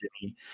jimmy